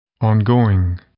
Ongoing